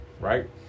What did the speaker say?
right